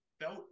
felt